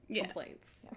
complaints